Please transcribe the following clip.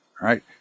right